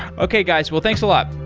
okay, guys. well, thanks a lot